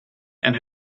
and